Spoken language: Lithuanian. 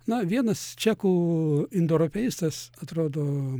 na vienas čekų indoeuropeistas atrodo